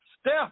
Steph